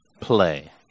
play